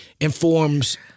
informs